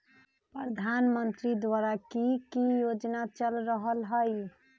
प्रधानमंत्री द्वारा की की योजना चल रहलई ह?